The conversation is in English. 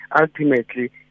ultimately